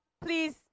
please